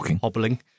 hobbling